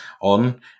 on